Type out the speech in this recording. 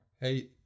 hey